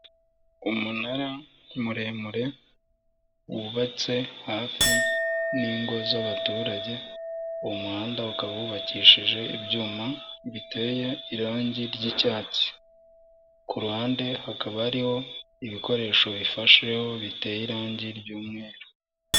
Umunara muremure wubatse hafi n'ingo z'abaturage, uwo muhanda ukaba wubakishije ibyuma biteye irangi ry'cyatsi, kuruhande hakaba ari ibikoresho bifasheho biteye irangi ry'mweru.